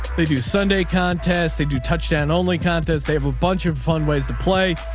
they do sunday contest. they do touchdown only contest. they have a bunch of fun ways to play.